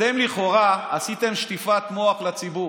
אתם לכאורה עשיתם שטיפת מוח לציבור.